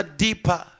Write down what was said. deeper